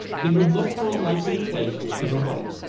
he would look for a likely place to the right.